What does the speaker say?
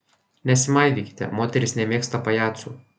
nesimaivykite moterys nemėgsta pajacų